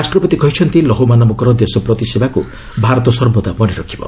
ରାଷ୍ଟ୍ରପତି କହିଛନ୍ତି ଲୌହମାନବଙ୍କ ଦେଶପ୍ରତି ସେବାକୁ ଭାରତ ସର୍ବଦା ମନେରଖିବ